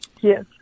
Yes